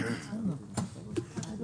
איך קל מאוד